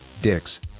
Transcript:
dicks